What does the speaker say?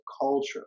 culture